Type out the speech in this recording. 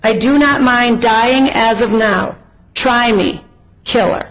i do not mind dying as of now try me killer